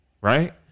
right